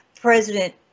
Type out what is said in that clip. President